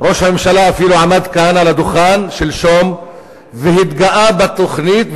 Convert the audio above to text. ראש הממשלה אפילו עמד כאן על דוכן שלשום והתגאה בתוכנית,